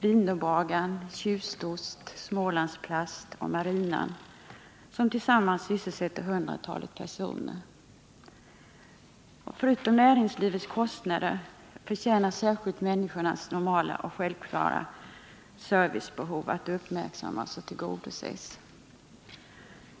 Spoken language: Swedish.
Wienerbagaren, Tjustost, Smålandsplast och Marinan, som tillsammans sysselsätter hundratalet personer. Förutom näringslivets kostnader förtjänar särskilt människornas normala och självklara servicebehov att uppmärksammas och tillgodoses.